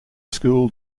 school